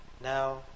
Now